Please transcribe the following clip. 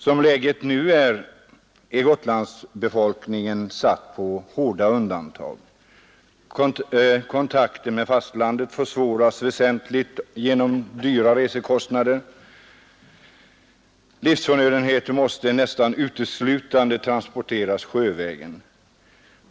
Som läget är nu är Gotlandsbefolkningen satt på hårda undantag. Kontakten med fastlandet försvåras väsentligt genom dyra reskostnader. Livsförnödenheter måste så gott som uteslutande transporteras sjövägen.